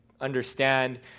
understand